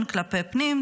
הן כלפי פנים,